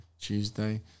Tuesday